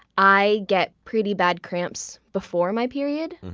i get pretty bad cramps before my period.